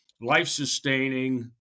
life-sustaining